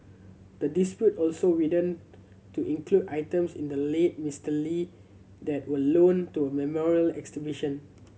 the dispute also widened to include items in the late Mister Lee that were loaned to a memorial exhibition